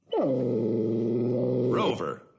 Rover